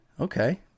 Okay